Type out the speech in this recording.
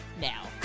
now